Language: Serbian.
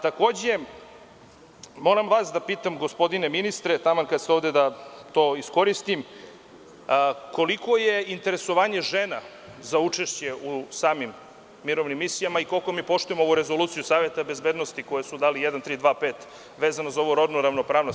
Takođe, moram vas da pitam gospodine ministre, taman kad ste ovde da to iskoristim, koliko je interesovanje žena za učešće u samim mirovnim misijama i koliko mi poštujemo ovu rezoluciju Saveta bezbednosti koju su dali, 1325 vezano za ovu rodnu ravnopravnost.